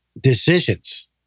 decisions